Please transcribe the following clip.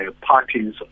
parties